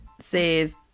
says